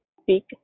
speak